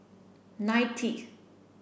ninetieth